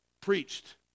preached